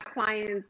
clients